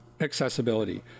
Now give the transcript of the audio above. accessibility